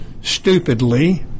stupidly